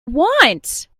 want